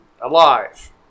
alive